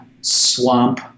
swamp